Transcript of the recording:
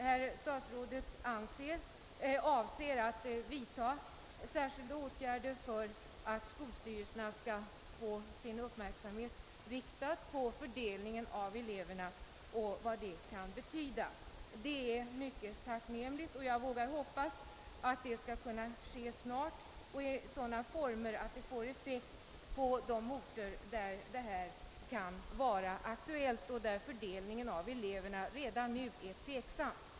Herr statsrådet avser att vidta särskilda åtgärder för att skolstyrelserna skall få sin uppmärksamhet riktad på vad fördelningen av eleverna kan betyda. Det är mycket tacknämligt, och jag hoppas att det skall kunna ske snart och i sådana former att det får effekt på de orter där detta kan vara aktuellt och där fördelningen av eleverna redan nu är tveksam.